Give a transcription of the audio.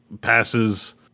passes